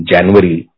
January